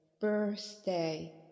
birthday